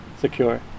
Secure